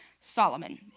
Solomon